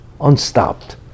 unstopped